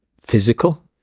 physical